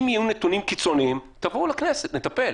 אם יהיו נתונים קיצוניים תבואו לכנסת, נטפל.